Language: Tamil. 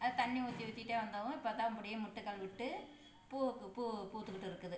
அது தண்ணி ஊற்றி ஊற்றிட்டே வந்தவும் இப்போத்தான் மொட்டுக்கள் விட்டு பூ பூ பூத்துகிட்டுருக்குது